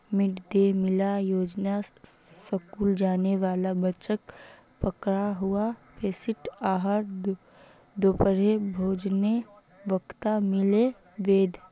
mid day meal योजनात school जाने वाला बच्चाक पका हुआ पौष्टिक आहार दोपहरेर भोजनेर वक़्तत मिल बे